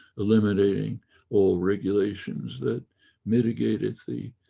eliminating all regulations that mitigated the